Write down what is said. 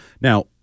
Now